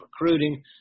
recruiting